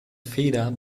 feder